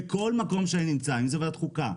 בכל מקום שאני נמצא אם זו ועדת חוקה,